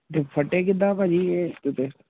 ਫਟੇ ਕਿੱਦਾਂ ਭਾਅ ਜੀ ਇਹ ਜੁੱਤੇ